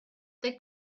they